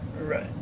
right